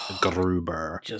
Gruber